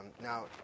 Now